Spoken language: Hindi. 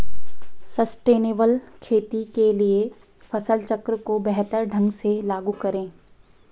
सस्टेनेबल खेती के लिए फसल चक्र को बेहतर ढंग से लागू करें